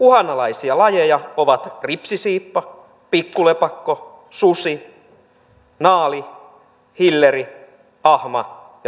uhanalaisia lajeja ovat ripsisiippa pikkulepakko susi naali hilleri ahma ja saimaannorppa